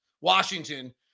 Washington